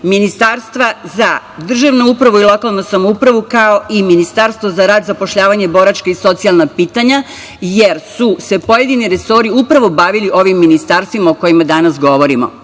Ministarstva za državnu upravu i lokalnu samoupravu, kao i Ministarstva za rad, zapošljavanje, boračka i socijalna pitanja, jer su se pojedini resori upravo bavili ovim ministarstvima o kojima danas govorimo.